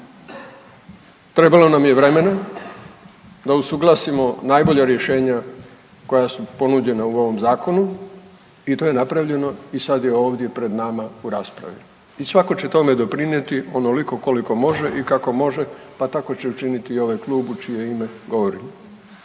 Trebalo nam je vremena da usuglasimo najbolja rješenja koja su ponuđena u ovom zakonu i to je napravljeno i sad je ovdje pred nama u raspravi. I svako će tome doprinijeti onoliko koliko može i kako može pa tako će učiniti i ovaj klub u čije ime govorim.